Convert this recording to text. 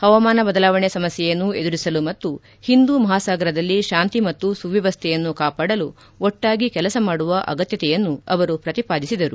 ಹವಾಮಾನ ಬದಲಾವಣೆ ಸಮಸ್ಥೆಯನ್ನು ಎದುರಿಸಲು ಮತ್ತು ಹಿಂದೂ ಮಹಾಸಾಗರದಲ್ಲಿ ಶಾಂತಿ ಮತ್ತು ಸುವ್ಲವಸ್ಥೆಯನ್ನು ಕಾಪಾಡಲು ಒಟ್ಲಾಗಿ ಕೆಲಸ ಮಾಡುವ ಅಗತ್ಲತೆಯನ್ನು ಅವರು ಪ್ರತಿಪಾದಿಸಿದರು